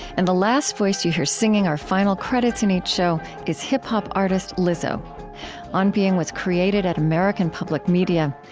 and the last voice you hear, singing our final credits in each show, is hip-hop artist lizzo on being was created at american public media.